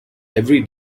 every